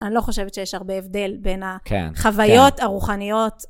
אני לא חושבת שיש הרבה הבדל בין החוויות הרוחניות.